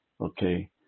okay